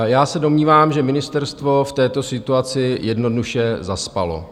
Já se domnívám, že ministerstvo v této situaci jednoduše zaspalo.